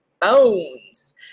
bones